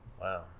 wow